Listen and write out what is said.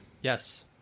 Yes